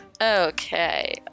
Okay